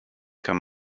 kann